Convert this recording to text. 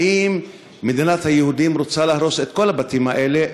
האם מדינת היהודים רוצה להרוס את כל הבתים האלה,